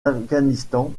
afghanistan